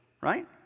right